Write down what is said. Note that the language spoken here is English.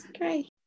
great